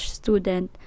student